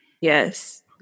Yes